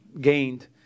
gained